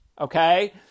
Okay